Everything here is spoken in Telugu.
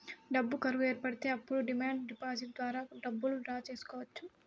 డబ్బు కరువు ఏర్పడితే అప్పుడు డిమాండ్ డిపాజిట్ ద్వారా డబ్బులు డ్రా చేసుకోవచ్చు